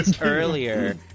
earlier